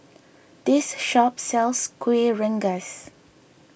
this shop sells Kuih Rengas